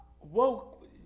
woke